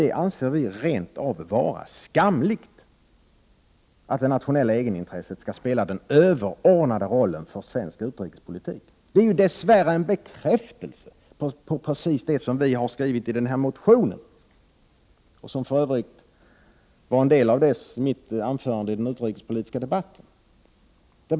Miljöpartiet anser rent av att det är skamligt att det nationella egenintresset skall spela den överordnade rollen för svensk utrikespolitik. Det är dess värre en bekräftelse av just det som vi har skrivit i denna motion och som för övrigt var en del av mitt anförande i den utrikespolitiska debatten.